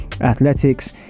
athletics